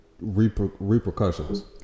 repercussions